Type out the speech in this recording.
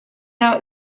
now